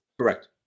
correct